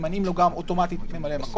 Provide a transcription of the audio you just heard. ממנים לו אוטומטית גם ממלא-מקום,